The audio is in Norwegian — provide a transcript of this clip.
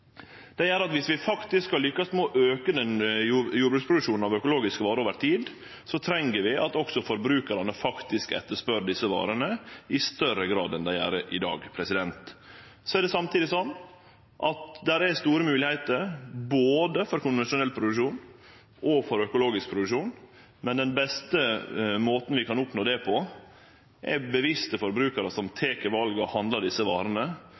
Det gjer at dersom vi faktisk skal lykkast med å auke jordbruksproduksjonen av økologiske varer over tid, så treng vi at forbrukarane faktisk etterspør desse varene i større grad enn dei gjer i dag. Det er samtidig slik at det er store moglegheiter både for konvensjonell produksjon og for økologisk produksjon, men den beste måten vi kan oppnå det på, er bevisste forbrukarar som tek valet og handlar desse varene.